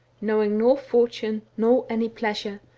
knowing nor fortune nor any pleasure.